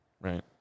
right